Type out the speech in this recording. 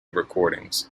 recordings